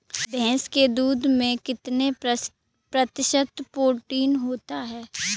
भैंस के दूध में कितना प्रतिशत प्रोटीन होता है?